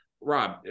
Rob